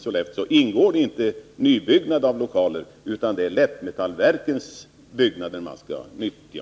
Sollefteå ingår inte någon nybyggnad av lokaler, utan det är Lättmetallverkens byggnader som man skall utnyttja.